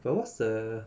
but what's the